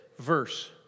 verse